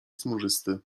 smużysty